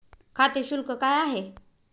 खाते शुल्क काय आहे?